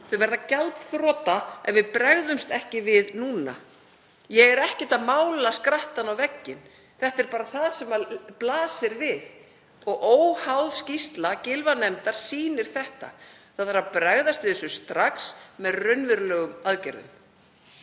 verða gjaldþrota ef við bregðumst ekki við núna. Ég er ekki að mála skrattann á vegginn. Þetta er bara það sem blasir við og óháð skýrsla Gylfanefndar sýnir það. Það þarf að bregðast við þessu strax með raunverulegum aðgerðum.